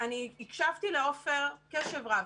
ואני הקשבתי לעופר קשב רב.